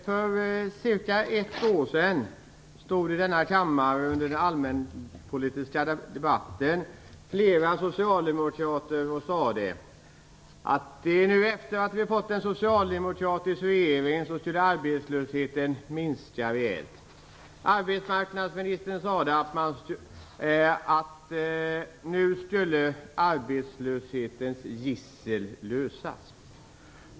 Fru talman! Under den allmänpolitiska debatten för cirka ett år sedan stod i denna kammare flera socialdemokrater och sade att arbetslösheten skulle minska rejält efter att vi hade fått en socialdemokratisk regering. Arbetsmarknadsministern sade att arbetslöshetens gissel nu skulle lösas.